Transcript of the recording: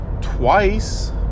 twice